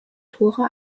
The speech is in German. tore